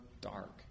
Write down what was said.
dark